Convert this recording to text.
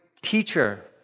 teacher